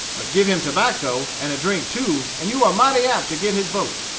but give him tobacco, and a drink too, and you are mighty apt to get his vote.